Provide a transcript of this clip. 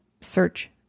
search